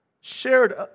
shared